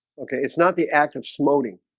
okay, it's not the act of smoting